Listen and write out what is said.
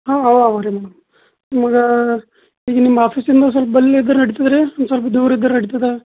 ಹಾಂ ಹಾಂ ರೀ ನಿಮಗೆ ಈಗ ನಿಮ್ಮ ಆಫೀಸಿಂದ ಸ್ವಲ್ಪ ಬಳಿ ಆದ್ರೆ ನಡೀತದೆ ರೀ ಒಂದ್ ಸ್ವಲ್ಪ ದೂರ ಇದ್ದರೆ ನಡಿತದೆ